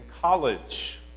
college